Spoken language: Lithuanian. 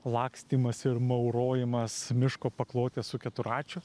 lakstymas ir maurojimas miško paklote su keturračiu